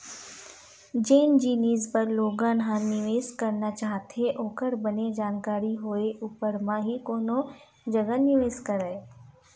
जेन जिनिस बर लोगन ह निवेस करना चाहथे ओखर बने जानकारी होय ऊपर म ही कोनो जघा निवेस करय